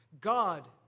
God